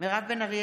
מירב בן ארי,